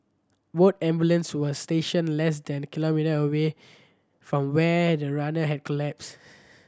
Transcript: both ambulance were stationed less than kilometre away from where the runner had collapsed